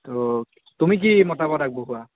তো তুমি কি মতামত আগবঢ়োৱা